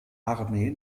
armee